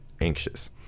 anxious